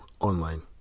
online